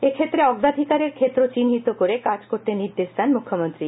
এক্ষেত্রে অগ্রাধিকারের ক্ষেত্র চিহ্নিত করে কাজ করতে নির্দেশ দেন মৃখ্যমন্ত্রী